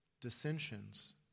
dissensions